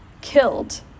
killed